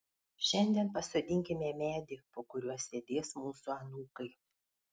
šiandien pasodinkime medį po kuriuo sėdės mūsų anūkai